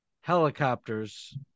helicopters